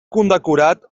condecorat